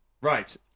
Right